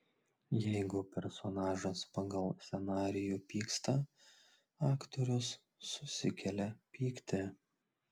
jeigu personažas pagal scenarijų pyksta aktorius susikelia pyktį